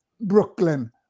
Brooklyn